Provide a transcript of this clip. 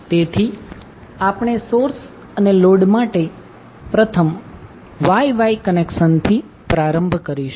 તેથી આપણે સોર્સ અને લોડ માટે પ્રથમ Y Y કનેક્શનથી પ્રારંભ કરીશું